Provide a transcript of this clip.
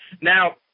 Now